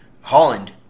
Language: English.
Holland